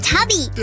Tubby